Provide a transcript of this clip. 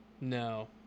No